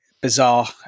bizarre